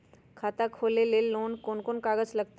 खाता खोले ले कौन कौन कागज लगतै?